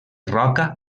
roca